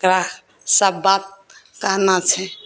एकरा सभ बात कहना छै